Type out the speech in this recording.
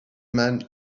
man